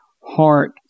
heart